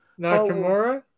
Nakamura